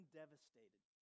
devastated